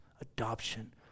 adoption